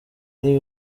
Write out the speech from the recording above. ari